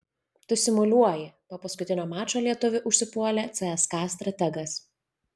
tu simuliuoji po paskutinio mačo lietuvį užsipuolė cska strategas